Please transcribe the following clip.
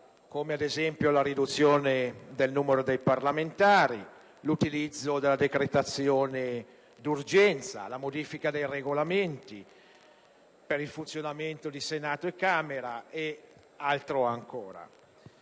come, ad esempio, la riduzione del numero dei parlamentari, l'utilizzo della decretazione d'urgenza, la modifica dei Regolamenti per il funzionamento di Senato e Camera e altro ancora.